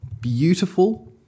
beautiful